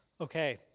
Okay